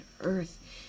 Earth